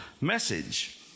message